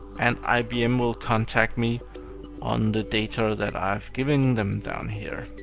and ibm will contact me on the data that i've given them down here.